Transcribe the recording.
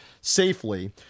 safely